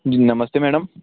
जी नमस्ते मैडम